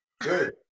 Good